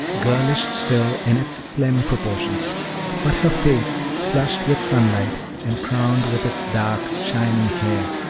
girlish still in its slim proportions but her face, flushed with sunlight, and crowned with its dark, shining hair,